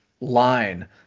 line